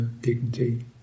dignity